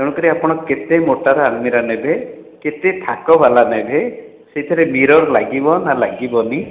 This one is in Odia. ତେଣୁ କରି ଆପଣ କେତେ ମୋଟାର ଆଲମିରା ନେବେ କେତେ ଥାକ ବାଲା ନେବେ ସେଥିରେ ମିରର୍ ଲାଗିବ ନା ଲାଗିବ ନି